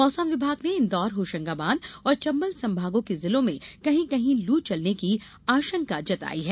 मौसम विभाग ने इंदौर होशंगाबाद और चंबल संभागों के जिलों में कहीं कहीं लू चलने की आशंका जताई है